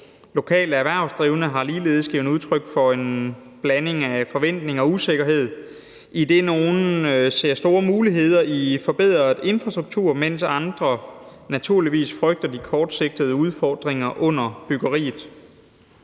Lokale erhvervsdrivende har ligeledes givet udtryk for en blanding af forventning og usikkerhed, idet nogle ser store muligheder i forbedret infrastruktur, mens andre naturligvis frygter de kortsigtede udfordringer under byggeriet.